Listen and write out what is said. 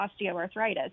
osteoarthritis